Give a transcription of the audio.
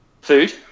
food